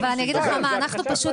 אבל אני אגיד לך מה: אנחנו פשוט